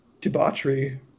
debauchery